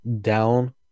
down